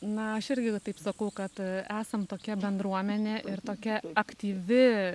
na aš irgi taip sakau kad esam tokia bendruomenė ir tokia aktyvi